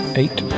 eight